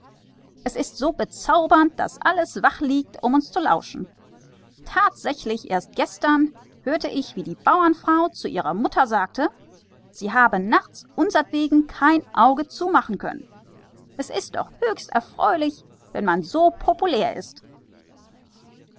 es ist so hinreißend daß die menschen wach im bett liegen um uns zuzuhören erst gestern hörte ich wie die pächtersfrau zu ihrer mutter sagte daß sie unsertwegen die ganze nacht kein auge zutun könnte es freut einen doch sehr wenn man so beliebt ist